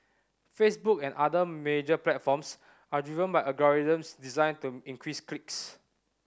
Facebook and other major platforms are driven by algorithms designed to increase clicks